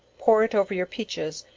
pour it over your peaches,